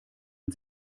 man